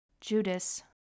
Judas